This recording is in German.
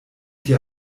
dir